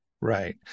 Right